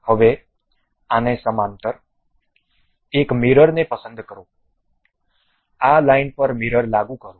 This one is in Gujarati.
હવે આને સમાંતર એક મીરર ને પસંદ કરો આ લાઇન પર મીરર લાગુ કરો